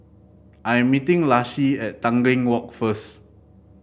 I am meeting Laci at Tanglin Walk first